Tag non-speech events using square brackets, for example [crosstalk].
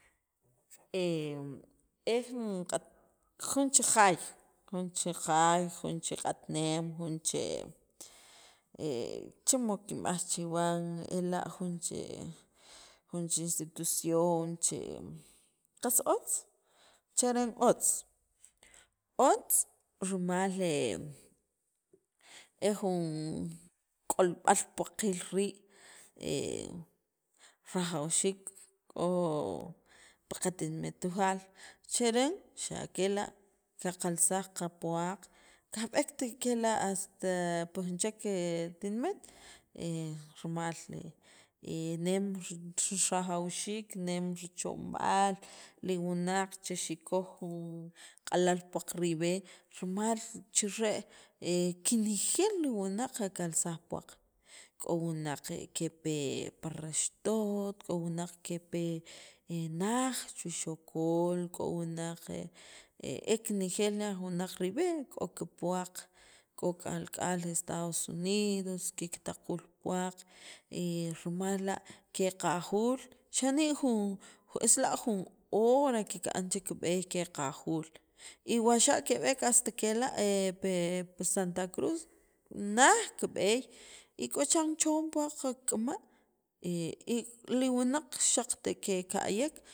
[hesitation] e jun q'at jun ch jaay junch jaay junch q'atneem juch [hesitation] chi mod kinb'aj chiwan ela' junch [hesitation] junch institución che qas otz cheren otz otz rimal [hesitation] e jun k'olb'al puwaqiil rii' [hesitation] rajawxiik k'o pi qatinimit Tujaal cheren xa' kela' kakalsaj kapuwaq kajb'eekt kela' hasta pi jun chek tinimet [hesitation] rimal [hesitation] nem ri rijawxiik nem richomb'aal li wunaq che xikikoj ju nqa'lal puwaq rib'e' rimal chire' kinejeel li wunaq kikalsaj puwaq k'o wunaq kepe parraxtut, k'o wunaq kepe naj, chuxocol, k'o wunaq [hesitation] kenejeel li wunaq rib'e' k'o kipuwaq k'o kalk'al k'o Estados Unidos kiktaquul puwaq [hesitation] rimal la' keqajuul xa' ne jun es la jun hora kikan che kib'eey jkeqajuul y wa xa' keb'eek kela' pe pi Santa Crux naj kib'eey y k'o chiran choom puwaq kikk'ama' y li wunaq xaqt keka'yek.